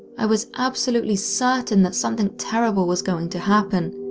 i was absolutely certain that something terrible was going to happen,